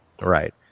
Right